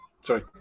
Sorry